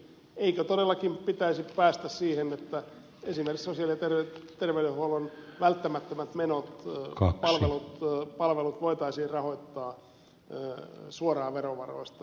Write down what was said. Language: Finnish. eikö todellakin pitäisi päästä siihen että esimerkiksi sosiaali ja terveydenhuollon välttämättömät palvelut voitaisiin rahoittaa suoraan verovaroista